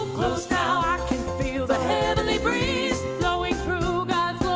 close now i can feel the heavenly breeze blowing through god's